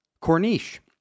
Corniche